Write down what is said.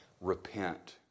Repent